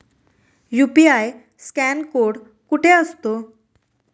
UPI scan code कुठे असतो?